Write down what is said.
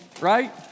right